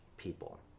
people